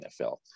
NFL